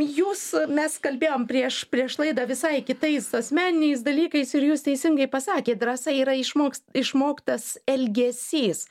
jūs mes kalbėjom prieš prieš laidą visai kitais asmeniniais dalykais ir jūs teisingai pasakėt drąsa yra išmoks išmoktas elgesys